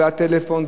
טלפון,